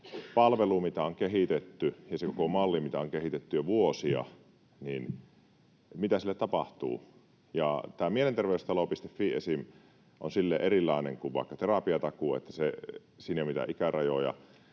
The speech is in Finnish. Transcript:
palvelulle, mitä on kehitetty, ja sille koko mallille, mitä on kehitetty jo vuosia? Tämä Mielenterveystalo.fi esim. on silleen erilainen kuin vaikka terapiatakuu, että siinä ei ole mitään ikärajoja,